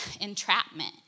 entrapment